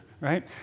right